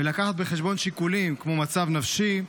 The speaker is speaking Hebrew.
ולהביא בחשבון שיקולים כמו מצב נפשי,